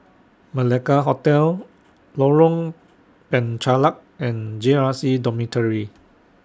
Malacca Hotel Lorong Penchalak and J R C Dormitory